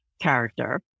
character